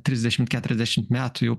trisdešimt keturiasdešimt metų jau